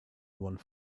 one